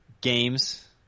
games